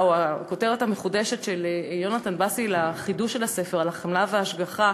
שהכותרת המחודשת של יונתן בשיא בחידוש של הספר היא "על החמלה וההשגחה"